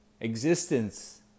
existence